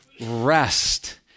rest